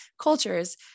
cultures